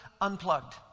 unplugged